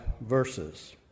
verses